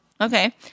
Okay